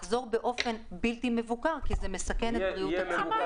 לחזור באופן בלתי מבוקר כי זה מסכן את בריאות הציבור.